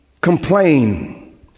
complain